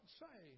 say